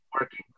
working